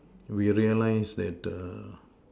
we realize that err